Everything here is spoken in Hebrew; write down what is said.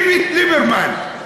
איווט ליברמן.